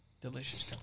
delicious